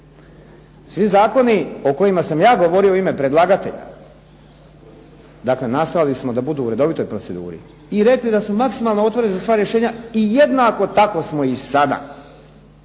Svi zakoni o kojima sam ja govorio u ime predlagatelja dakle nastojali smo da budu u redovitoj proceduri i rekli da su maksimalno otvoreni za sva rješenja i jednako tako smo i sada.